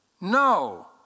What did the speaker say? No